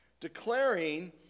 declaring